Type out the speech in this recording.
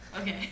okay